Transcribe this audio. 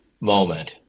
moment